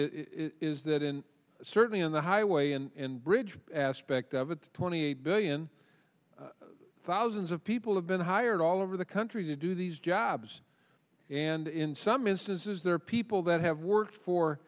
is is that in certainly on the highway and bridge aspect of it twenty billion thousands of people have been hired all over the country to do these jobs and in some instances there are people that have worked for